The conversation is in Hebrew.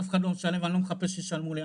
אף אחד לא משלם לי ואני לא מחפש שישלמו לי,